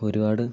ഒരുപാട്